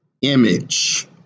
image